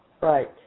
Right